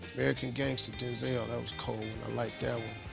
american gangster, denzel, that was cold. i liked that